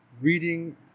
reading